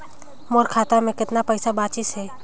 मोर खाता मे कतना पइसा बाचिस हे?